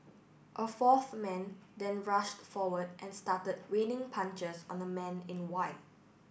a fourth man then rushed forward and started raining punches on the man in white